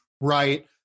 right